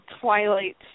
Twilight